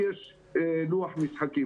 לוח משחקים